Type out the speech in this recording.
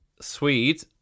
swede